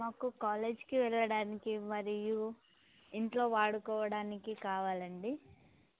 మాకు కాలేజ్కి వెళ్ళడానికి మరియు ఇంట్లో వాడుకోవడానికి కావాలండి